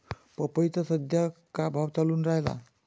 पपईचा सद्या का भाव चालून रायला?